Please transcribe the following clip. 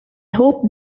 hope